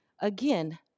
again